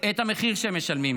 את המחיר שהם משלמים.